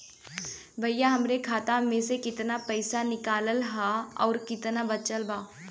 भईया हमरे खाता मे से कितना पइसा निकालल ह अउर कितना बचल बा?